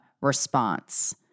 response